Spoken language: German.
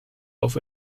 auf